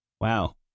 Wow